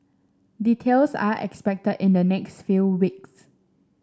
details are expected in the next few weeks